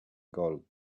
gold